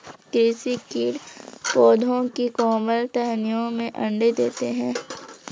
कृषि कीट पौधों की कोमल टहनियों में अंडे देते है